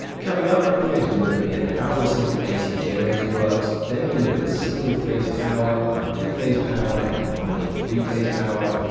coming up, we're going to be looking at how a simple ac generator works. then we'll look at a single phase power, then two phase power, and then finally three phase power.